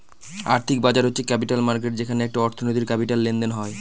আর্থিক বাজার হচ্ছে ক্যাপিটাল মার্কেট যেখানে একটি অর্থনীতির ক্যাপিটাল লেনদেন হয়